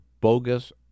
bogus